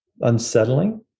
unsettling